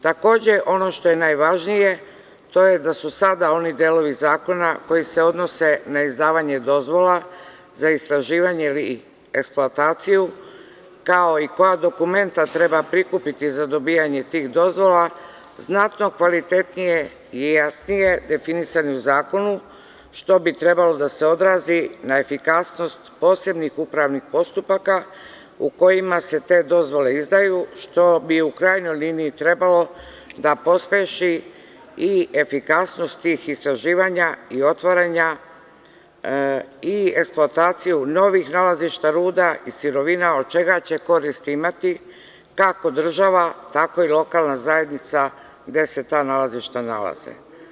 Takođe, ono što je najvažnije, to je da su sada oni delovi zakona, koji se odnose na izdavanje dozvola za istraživanje i eksploataciju, kao i koja dokumenta treba prikupiti za dobijanje tih dozvola, znatno kvalitetnije i jasnije definisani u zakonu, što bi trebalo da se odrazi na efikasnost posebnih upravnih postupaka u kojima se te dozvole izdaju, što bi u krajnjoj liniji trebalo da pospeši i efikasnost tih istraživanja i otvaranja i eksploataciju novih nalazišta ruda i sirovina od čega će korist imati kako država, tako i lokalna zajednica gde se ta nalazišta nalaze.